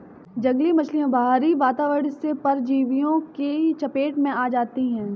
जंगली मछलियाँ बाहरी वातावरण से परजीवियों की चपेट में आ जाती हैं